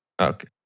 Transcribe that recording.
Okay